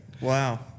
Wow